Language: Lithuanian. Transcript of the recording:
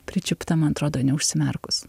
pričiupta man atrodo neužsimerkus